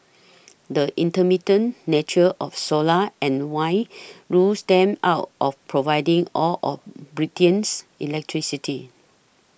the intermittent nature of solar and wind rules them out of providing all of Britain's electricity